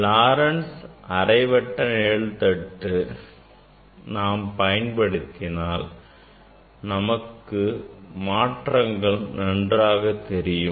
Laurent's அரைவட்ட நிழல்தட்டை நாம் பயன்படுத்தினால் நமக்கு மாற்றங்கள் தெளிவாக தெரியும்